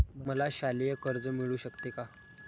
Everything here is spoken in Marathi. मला शालेय कर्ज मिळू शकते का?